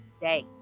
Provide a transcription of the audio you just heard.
day